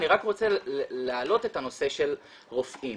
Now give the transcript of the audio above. אני רוצה להעלות את הנושא של הרופאים.